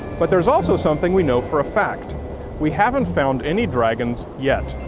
but there is also something we know for a fact we haven't found any dragons yet.